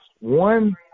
one